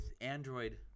Android